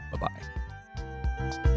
Bye-bye